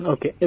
Okay